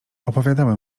opowiadały